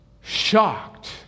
shocked